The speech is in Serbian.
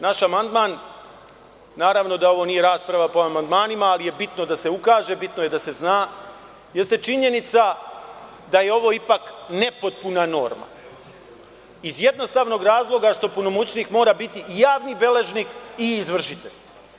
Naš amandman, ovo nije rasprava o amandmanima, ali je bitno da se ukaže, bitno je da se zna, jeste činjenica da je ovo ipak nepotpuna norma iz jednostavnog razloga što punomoćnik mora biti javni beležnik i izvršitelj.